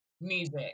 music